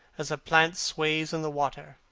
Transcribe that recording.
as a plant sways in the water.